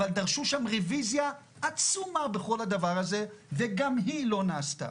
אבל דרשו שם רביזיה עצומה בכל הדבר הזה וגם היא לא נעשתה.